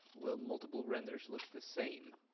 will multiple renders look the same?